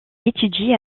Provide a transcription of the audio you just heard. étudie